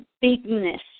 bigness